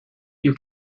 you